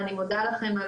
אני מודה לכם על